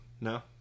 No